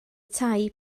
tai